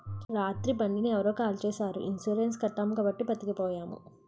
రాత్రి బండిని ఎవరో కాల్చీసారు ఇన్సూరెన్సు కట్టాము కాబట్టి బతికిపోయాము